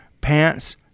pants